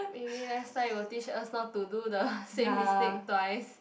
maybe next time will teach us not to do the same mistake twice